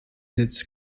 its